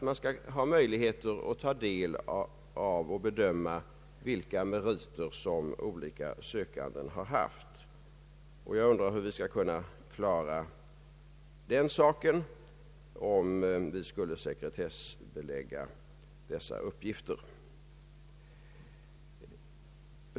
Man skall ha möjligheter att ta del av och bedöma vilka meriter olika sökande har haft. Jag undrar hur vi skall kunna klara den saken, om vi sekretessbelägger dessa uppgifter.